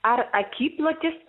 ar akiplotis